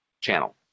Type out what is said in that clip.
channel